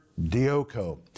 dioko